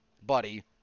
buddy